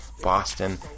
Boston